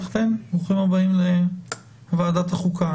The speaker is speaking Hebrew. ברוכים הבאים לוועדת החוקה.